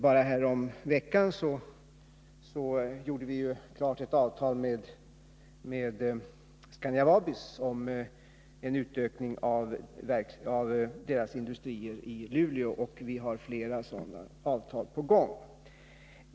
Bara häromveckan gjorde vi klart ett avtal med Scania-Vabis om en utökning av deras industrier i Luleå, och vi har flera sådana avtal på gång.